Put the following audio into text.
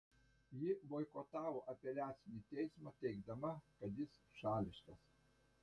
ji boikotavo apeliacinį teismą teigdama kad jis šališkas